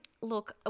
Look